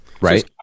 Right